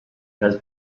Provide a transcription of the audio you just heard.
has